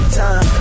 time